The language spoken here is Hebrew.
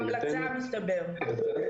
זו המלצה, מסתבר.